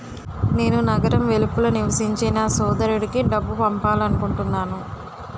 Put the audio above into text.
నేను నగరం వెలుపల నివసించే నా సోదరుడికి డబ్బు పంపాలనుకుంటున్నాను